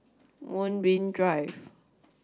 Moonbeam Drive